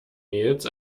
mails